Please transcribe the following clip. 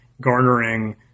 garnering